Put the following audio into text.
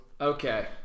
Okay